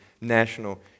national